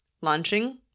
launching